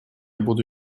буду